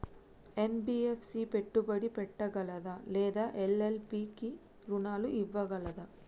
NBFC పెట్టుబడి పెట్టగలదా లేదా ఎల్.ఎల్.పి కి రుణాలు ఇవ్వగలదా?